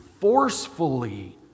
forcefully